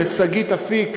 לשגית אפיק,